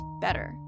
better